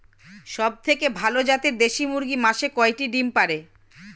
সবথেকে ভালো জাতের দেশি মুরগি মাসে কয়টি ডিম পাড়ে?